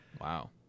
Wow